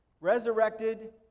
resurrected